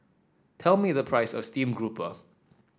tell me the price of Steamed Grouper